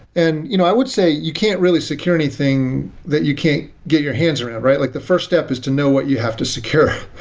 and you know i would say you can't really secure anything that you can't get your hands around, right? like the first step is to know what you have to secure.